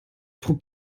pro